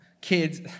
kids